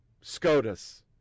SCOTUS